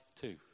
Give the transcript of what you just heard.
two